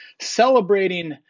celebrating